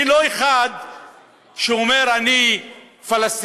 אני לא אחד שאומר: אני פלסטיני.